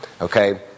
Okay